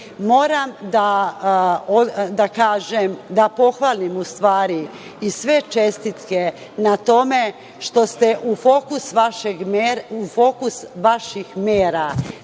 kažem, da pohvalim, u stvari i sve čestitke na tome što ste u fokus vaših mera